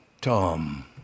Tom